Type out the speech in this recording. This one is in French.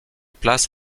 place